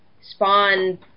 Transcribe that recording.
Spawn